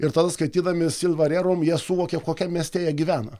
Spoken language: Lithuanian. ir tada skaitydami silva rerum jie suvokė kokiam mieste jie gyvena